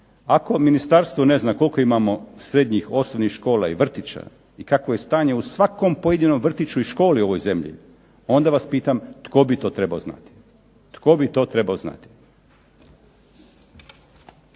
Ako ministarstvo ne zna koliko imamo srednjih, osnovnih škola i vrtića i kakvo je stanje u svakom pojedinom vrtiću i školi u ovoj zemlji onda vas pitam tko bi to trebao znati.